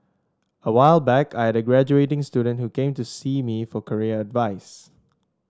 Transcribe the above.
a while back I had a graduating student who came to see me for career advice